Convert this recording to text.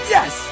Yes